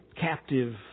captive